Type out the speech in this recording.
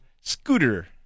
Scooter